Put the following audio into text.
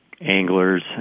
anglers